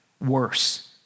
worse